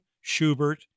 Schubert